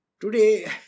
Today